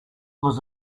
was